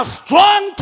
strong